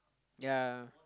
ya